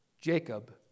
Jacob